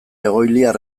egoiliar